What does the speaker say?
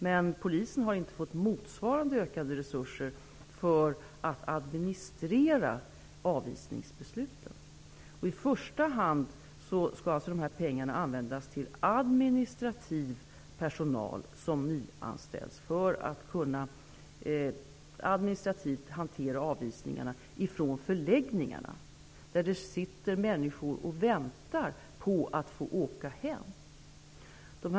Men polisen har inte fått motsvarande ökade resurser för att administrera avvisningsbesluten. I första hand skall dessa pengar användas till administrativ personal som nyanställs för att kunna administrativt hantera avvisningarna från förläggningarna. Där sitter människor och väntar på att få åka hem.